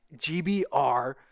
GBR